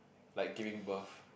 like giving birth